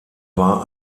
war